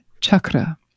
chakra